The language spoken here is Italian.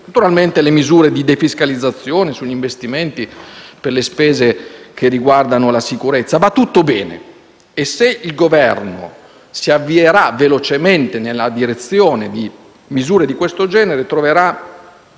Naturalmente anche le misure di defiscalizzazione degli investimenti per le spese che riguardano la sicurezza vanno bene e il Governo, se si avvierà velocemente nella direzione di misure di questo genere, troverà